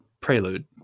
Prelude